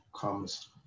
comes